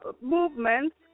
movements